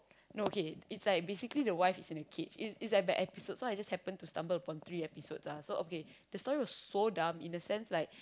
no okay it's like basically the wife is in a cage it's it's like by episodes so I just happen to stumble upon three episodes ah so okay the story was so dumb in the sense like